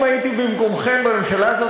אם הייתי במקומכם בממשלה הזאת,